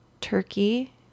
Turkey